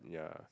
yeah